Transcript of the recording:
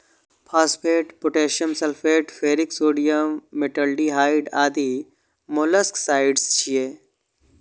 phosphate, potassium sulphate, ferric sodium, metaldehyde आदि molluscicides छियै